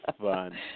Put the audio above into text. fun